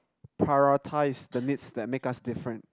prioritise the needs that make us different